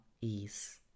ease